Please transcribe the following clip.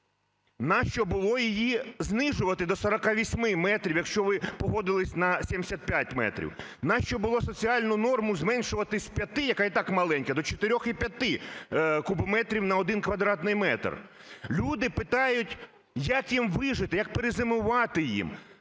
Нащо було її знищувати до 48 метрів, якщо ви погодились на 75 метрів? Нащо було соціальну норму зменшувати з 5, яка і так маленька, до 4,5 кубометрів на 1 квадратний метр? Люди питають, як їм вижити, як перезимувати їм?